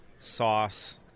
Sauce